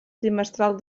trimestral